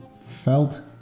felt